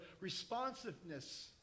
responsiveness